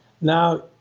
Now